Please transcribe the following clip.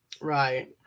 right